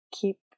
keep